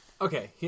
Okay